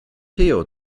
theo